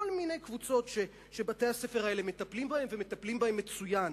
כל מיני קבוצות שבתי-הספר האלה מטפלים בהן ומטפלים בהן מצוין